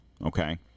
okay